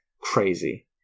crazy